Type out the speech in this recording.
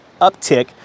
uptick